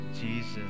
Jesus